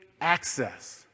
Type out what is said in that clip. access